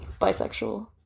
bisexual